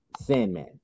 Sandman